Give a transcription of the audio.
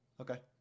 Okay